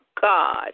God